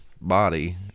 body